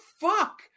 fuck